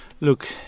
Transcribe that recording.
Look